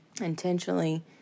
intentionally